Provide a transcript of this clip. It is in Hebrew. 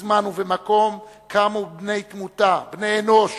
בזמן ובמקום, קמו בני תמותה, בני אנוש